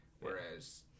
whereas